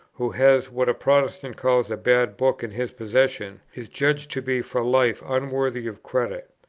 who has what a protestant calls a bad book in his possession is judged to be for life unworthy of credit.